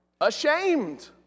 ashamed